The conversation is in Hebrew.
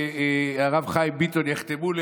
והרב חיים ביטון יחתמו לי,